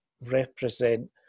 represent